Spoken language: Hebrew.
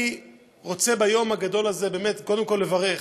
אני רוצה ביום הגדול הזה באמת, קודם כול, לברך